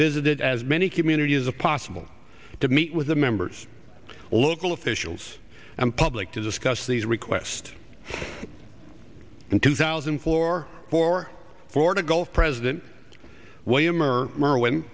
visited as many communities as a possible to meet with the members local officials and public to discuss these request in two thousand floor for florida gulf president william or